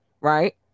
right